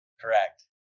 Correct